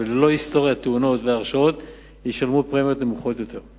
וללא היסטוריית תאונות והרשעות ישלמו פרמיות נמוכות יותר,